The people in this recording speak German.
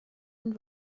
und